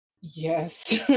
Yes